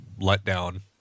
letdown